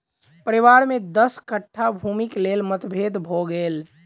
परिवार में दस कट्ठा भूमिक लेल मतभेद भ गेल